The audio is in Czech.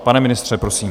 Pane ministře, prosím.